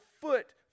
foot